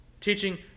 teaching